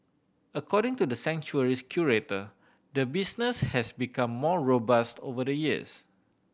according to the sanctuary's curator the business has become more robust over the years